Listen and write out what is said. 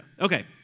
Okay